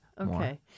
Okay